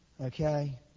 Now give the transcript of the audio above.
Okay